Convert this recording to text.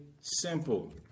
simple